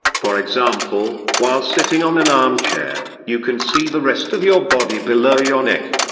for example, while sitting on an armchair, you can see the rest of your body below your neck.